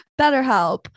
BetterHelp